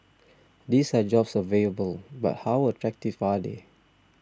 these are jobs available but how attractive are they